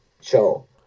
show